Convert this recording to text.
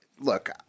Look